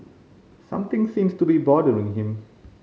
something seems to be bothering him